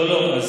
לא, לא.